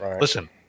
listen